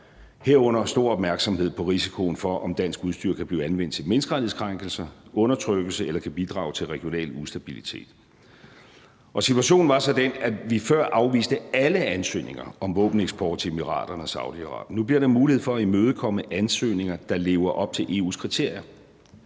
herunder stor opmærksomhed på risikoen for, at dansk udstyr kan blive anvendt til menneskerettighedskrænkelser eller undertrykkelse eller kan bidrage til regional ustabilitet. Situationen var så den, at vi før afviste alle ansøgninger om våbeneksport til Emiraterne og Saudi-Arabien. Nu bliver der mulighed for at imødekomme ansøgninger, der lever op til EU's kriterier.